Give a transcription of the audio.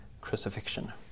crucifixion